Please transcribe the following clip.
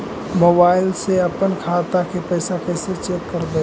Mobile से अपन खाता के पैसा कैसे चेक करबई?